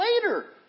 later